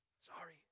Sorry